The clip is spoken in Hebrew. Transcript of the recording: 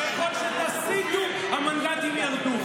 ככל שתסיתו, המנדטים ירדו.